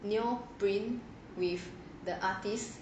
neoprint with the artist